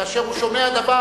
כאשר הוא שומע דבר,